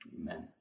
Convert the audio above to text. Amen